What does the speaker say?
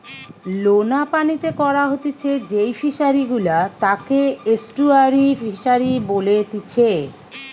লোনা পানিতে করা হতিছে যেই ফিশারি গুলা তাকে এস্টুয়ারই ফিসারী বলেতিচ্ছে